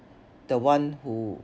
the one who